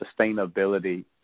sustainability